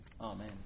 Amen